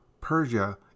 Persia